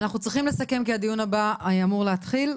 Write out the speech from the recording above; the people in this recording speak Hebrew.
אנחנו צריכים לסכם כי הדיון הבא אמור להתחיל.